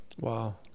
Wow